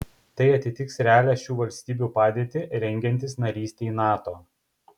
tai atitiks realią šių valstybių padėtį rengiantis narystei nato